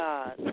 God